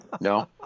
no